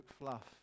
fluff